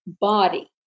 body